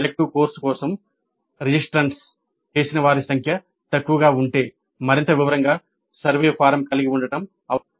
elective course కోసం registrant చేసిన వారి సంఖ్య తక్కువగా ఉంటే మరింత వివరంగా సర్వే ఫారం కలిగి ఉండటం అవసరం